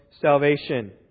salvation